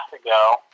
ago